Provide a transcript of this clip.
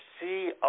see